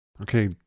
Okay